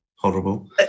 Horrible